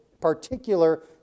particular